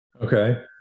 Okay